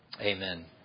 Amen